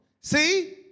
See